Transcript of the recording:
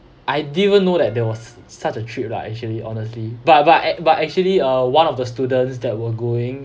I didn't even know that there was s~ such a trip lah actually honestly but but ac~ but actually uh one of the students that were going